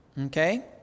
okay